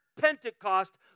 Pentecost